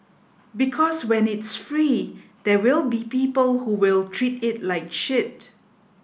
because when it's free there will be people who will treat it like shit